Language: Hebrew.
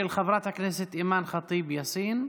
של חברת הכנסת אימאן ח'טיב יאסין.